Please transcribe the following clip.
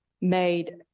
made